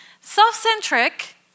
self-centric